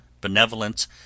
benevolence